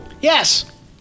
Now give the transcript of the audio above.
Yes